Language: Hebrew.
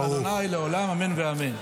ברוך ה' לעולם, אמן ואמן.